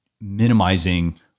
minimizing